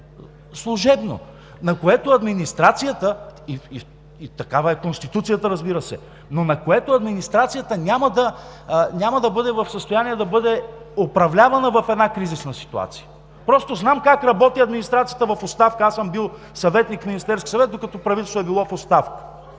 служебно, на което администрацията – и такава е Конституцията, разбира се, няма да бъде в състояние да управлява в една кризисна ситуация. Просто знам как работи администрацията в оставка. Аз съм бил съветник в Министерския съвет, докато правителството е било в оставка.